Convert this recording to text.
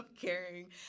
caring